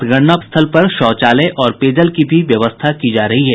मतगणना स्थल पर शौचालय और पेयजल की भी व्यवस्था की जा रही है